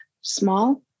small